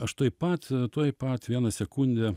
aš tuoj pat tuoj pat vieną sekundę